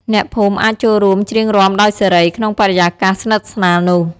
អ្នកភូមិអាចចូលរួមច្រៀងរាំដោយសេរី ក្នុងបរិយាកាសស្និទ្ធស្នាលនោះ។